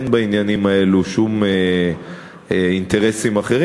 אין בעניינים האלה שום אינטרסים אחרים,